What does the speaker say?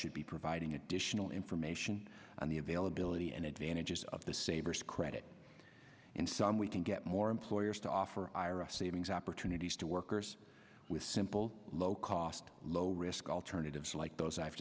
should be providing additional information on the availability and advantages of the savers credit and some we can get more employers to offer ira savings opportunities to workers with simple low cost low risk alternatives like those i've